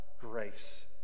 grace